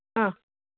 ആ